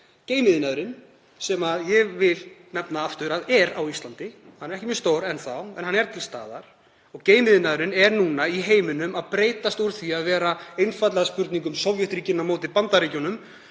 geimiðnaðurinn sem ég vil nefna aftur að er á Íslandi. Hann er ekki mjög stór enn þá en hann er til staðar. Geimiðnaðurinn er núna að breytast úr því að vera einfaldlega spurning um Sovétríkin á móti Bandaríkjunum